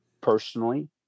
personally